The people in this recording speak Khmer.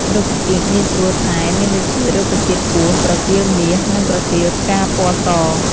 រុក្ខជាតិងាយស្រួលថែមានដូចជារុក្ខជាតិពស់, ប្រទាលមាស , និងប្រទាលផ្កាពណ៌ស ។